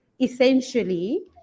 essentially